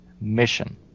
mission